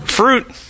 Fruit